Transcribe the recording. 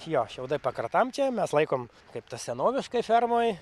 jo šiaudai pakratam čia mes laikom kaip tas senoviškai fermoj